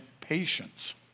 patience